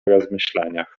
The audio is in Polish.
rozmyślaniach